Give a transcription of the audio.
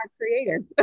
creator